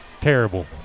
terrible